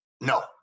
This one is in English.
No